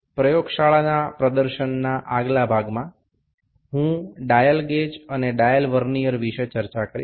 પ્રયોગશાળાના પ્રદર્શનના આગળના ભાગમાં હું ડાયલ ગેજ અને ડાયલ વર્નિઅર વિશે ચર્ચા કરીશ